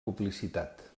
publicitat